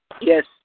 Yes